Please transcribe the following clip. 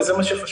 וזה מה שחשוב.